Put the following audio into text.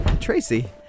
Tracy